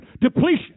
depletion